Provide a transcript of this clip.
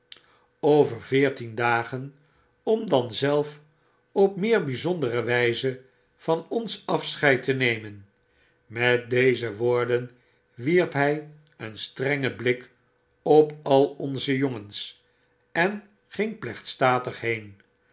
over veertien dagen om dan zelf op meer byzondere wyze van ons afscheid te nemen met deze woorden wierp hy een strengen blik op al onze jongens en ging plechtstatig heen